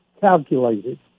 calculated